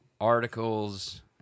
articles